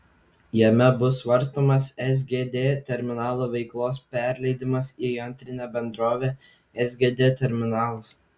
jame bus svarstomas sgd terminalo veiklos perleidimas į antrinę bendrovę sgd terminalas